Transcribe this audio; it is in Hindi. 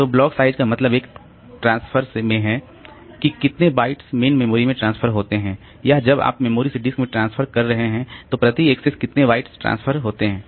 तो ब्लॉक साइज का मतलब एक ट्रांसफर में है कि कितने बाइट्स मेन मेमोरी में ट्रांसफर होते हैं या जब आप मेमोरी से डिस्क में ट्रांसफर कर रहे हैं तो प्रति एक्सेस कितने बाइट्स ट्रांसफर होते हैं